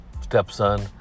stepson